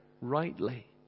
rightly